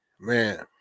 Man